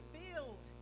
build